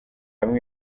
hamwe